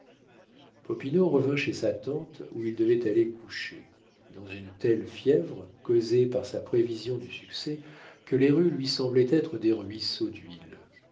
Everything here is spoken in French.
revint chez sa tante où il devait aller coucher dans une telle fièvre causée par sa prévision du succès que les rues lui semblaient être des ruisseaux d'huile